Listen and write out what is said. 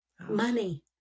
Money